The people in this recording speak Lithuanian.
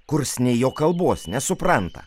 kurs nei jo kalbos nesupranta